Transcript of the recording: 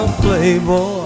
playboy